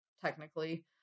technically